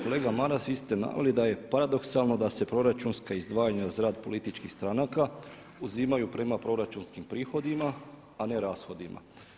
Kolega Maras vi ste naveli da je paradoksalno da se proračunska izdvajanja za rad političkih stranaka uzimaju prema proračunskim prihodima a ne rashodima.